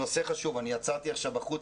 נושא חשוב עצרתי עכשיו בחוץ,